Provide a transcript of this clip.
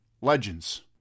Legends